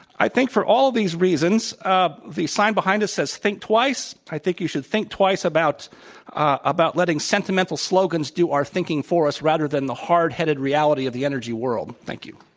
i think for all these reasons ah the sign behind us says think twice, i think you should think twice about about letting sentimental slogans do our thinking for us rather than the hard headed reality of the energy world. thank you.